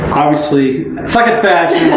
obviously suck at fashion, and